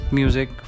music